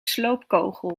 sloopkogel